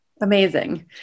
Amazing